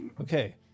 Okay